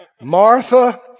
Martha